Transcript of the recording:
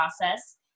process